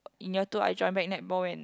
in year two I joined back netball when